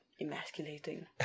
emasculating